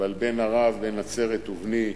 ועל "בן ערב, בן נצרת ובני":